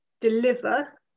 deliver